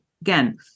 again